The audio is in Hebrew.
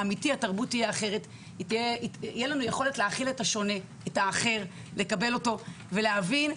תהיה לנו יכולת להכיל את השונה ואת האחר ולקבל אותו ולהבין.